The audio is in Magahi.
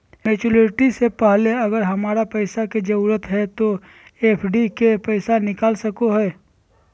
मैच्यूरिटी से पहले अगर हमरा पैसा के जरूरत है तो एफडी के पैसा निकल सको है?